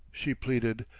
she pleaded.